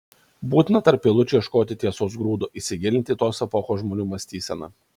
būtina tarp eilučių ieškoti tiesos grūdo įsigilinti į tos epochos žmonių mąstyseną